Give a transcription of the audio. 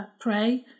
pray